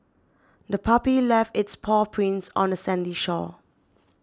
the puppy left its paw prints on the sandy shore